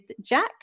Jack